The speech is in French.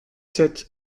sept